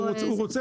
הוא רוצה,